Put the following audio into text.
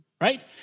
right